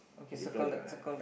different right